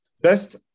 best